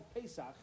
Pesach